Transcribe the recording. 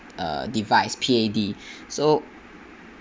uh device P_A_D so